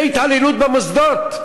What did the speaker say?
זה התעללות במוסדות.